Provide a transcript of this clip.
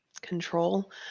control